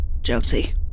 Jonesy